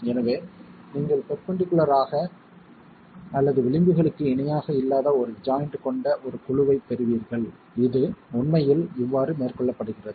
எனவே நீங்கள் பெர்பெண்டிகுலார் ஆக அல்லது விளிம்புகளுக்கு இணையாக இல்லாத ஒரு ஜாய்ண்ட் கொண்ட ஒரு குழுவைப் பெறுவீர்கள் இது உண்மையில் இவ்வாறு மேற்கொள்ளப்படுகிறது